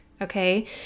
okay